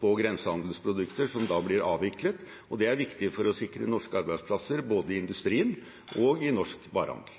på grensehandelsprodukter som blir avviklet, og det er viktig for å sikre norske arbeidsplasser både i industrien og i norsk varehandel.